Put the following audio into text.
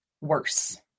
worse